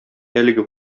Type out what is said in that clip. әлеге